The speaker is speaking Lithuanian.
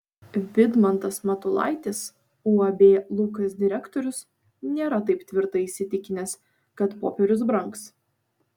vidmantas matulaitis uab lukas direktorius nėra taip tvirtai įsitikinęs kad popierius brangs